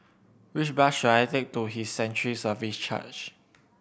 which bus should I take to His Sanctuary Services Church